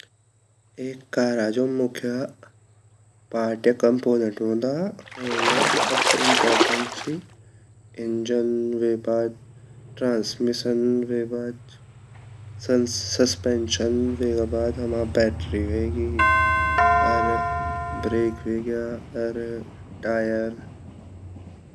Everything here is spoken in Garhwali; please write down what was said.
एक कारा मुख्य पार्ट या कॉम्पोनेन्ट वोन्दा वेमा सबसे इम्पोर्टेन्ट ची इंजन वेगा बाद ट्रांसमिशन वेगा बाद सस्पेंशन अर वेगा बाद हमा बैटरी वेगि अर ब्रेक वेग्या अर टायर।